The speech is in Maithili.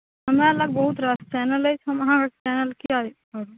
हमरा लग बहुत रास चैनल अछि हम अहाँके चैनल किया करब